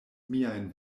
miajn